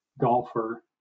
golfer